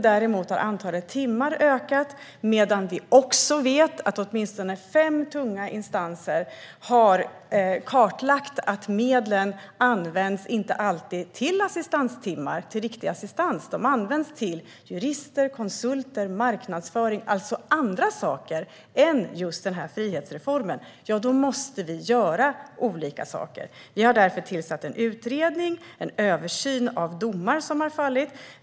Däremot har antalet timmar ökat. Vi vet också att åtminstone fem tunga instanser har kartlagt att medlen inte alltid används till assistanstimmar, till riktig assistans. De används till jurister, konsulter och marknadsföring - alltså till andra saker än just den här frihetsreformen. Då måste vi göra olika saker. Vi har därför tillsatt en utredning där en översyn ska göras av domar som har fallit.